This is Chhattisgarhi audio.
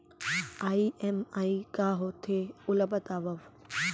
ई.एम.आई का होथे, ओला बतावव